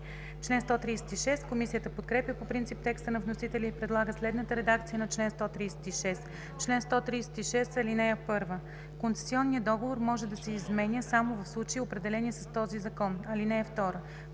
Раздел ІV. Комисията подкрепя по принцип текста на вносителя и предлага следната редакция на чл. 136: „Чл. 136. (1) Концесионният договор може да се изменя само в случаите, определени с този закон. (2)